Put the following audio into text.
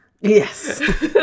Yes